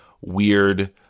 weird